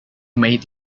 made